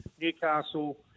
Newcastle